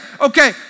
Okay